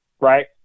right